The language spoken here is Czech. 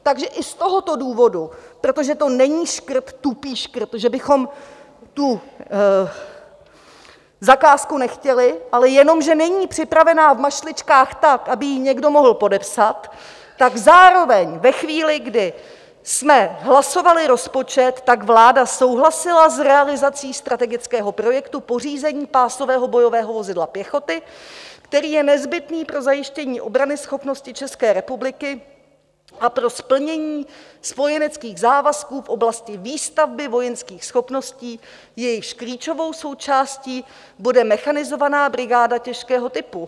Takže i z tohoto důvodu, protože to není tupý škrt, že bychom tu zakázku nechtěli, ale jenom že není připravena v mašličkách tak, aby ji někdo mohl podepsat, tak zároveň ve chvíli, kdy jsme hlasovali rozpočet, tak vláda souhlasila s realizací strategického projektu pořízení pásového bojového vozidla pěchoty, který je nezbytný pro zajištění obranyschopnosti České republiky a pro splnění spojeneckých závazků v oblasti výstavby vojenských schopností, jejichž klíčovou součástí bude mechanizovaná brigáda těžkého typu.